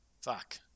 Fuck